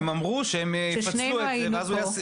הם אמרו שהם יפצלו את זה ואז הוא יעבוד